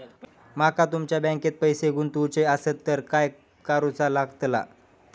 माका तुमच्या बँकेत पैसे गुंतवूचे आसत तर काय कारुचा लगतला?